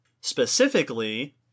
Specifically